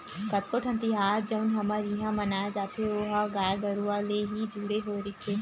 कतको ठन तिहार जउन हमर इहाँ मनाए जाथे ओहा गाय गरुवा ले ही जुड़े होय रहिथे